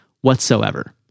whatsoever